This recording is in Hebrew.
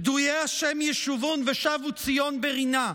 פדויי השם ישובון ושבו ציון ברינה,